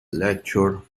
lecture